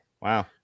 Wow